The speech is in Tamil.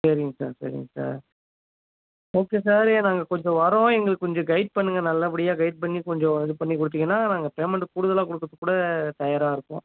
சரிங்க சார் சரிங்க சார் ஓகே சார் ஏ நாங்கள் கொஞ்சம் வரோம் எங்களுக்கு கொஞ்சம் கைட் பண்ணுங்கள் நல்லபடியாக கைட் பண்ணிக் கொஞ்சம் இதுப் பண்ணிக் கொடுத்தீங்கன்னா நாங்கள் பேமண்ட்டு கூடுதலாக கொடுக்கறத்துக்கு கூட தயாராக இருக்கோம்